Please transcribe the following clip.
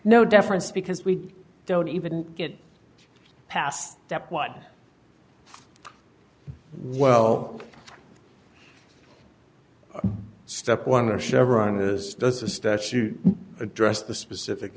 no difference because we don't even get past that one well step one of chevron is does a statute address the specific